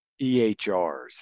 EHRs